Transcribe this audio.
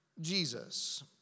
Jesus